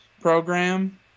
program